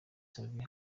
savio